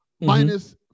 minus